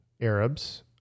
Arabs